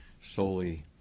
solely